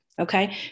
Okay